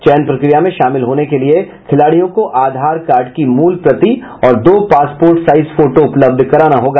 चयन प्रक्रिया में शामिल होने के लिये खिलाड़ियों को आधार कार्ड की मूल प्रति और दो पासपोर्ट साईज फोटो उपलब्ध कराना होगा